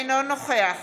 אינו נוכח